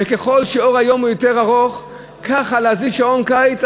וככל שאור היום הוא יותר ארוך ככה להזיז שעון קיץ,